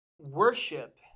worship